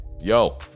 yo